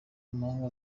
mpanga